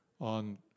on